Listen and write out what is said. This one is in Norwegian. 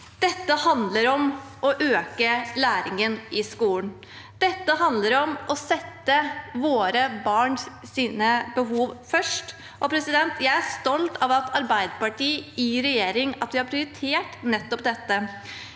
Dette handler om å øke læringen i skolen. Det handler om å sette våre barns behov først. Jeg er stolt av at Arbeiderpartiet i regjering har prioritert nettopp dette.